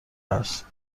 است